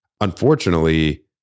unfortunately